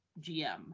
GM